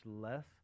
less